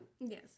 yes